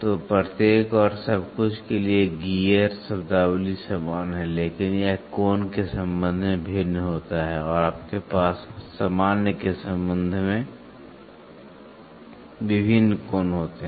तो प्रत्येक और सब कुछ के लिए गियर शब्दावली समान है लेकिन यह कोण के संबंध में भिन्न होता है और आपके पास हमेशा सामान्य के संबंध में विभिन्न कोण होते हैं